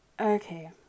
okay